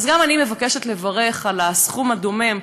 אז גם אני מבקשת לברך על הסכום הדומם,